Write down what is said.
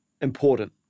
important